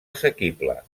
assequible